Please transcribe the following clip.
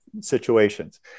situations